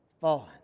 fallen